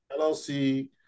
LLC